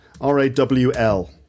R-A-W-L